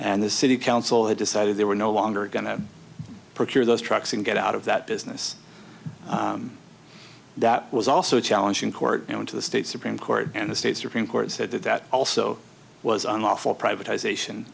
and the city council had decided they were no longer going to procure those trucks and get out of that business that was also a challenge in court you know into the state supreme court and the state supreme court said that that also was unlawful privatisation